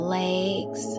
legs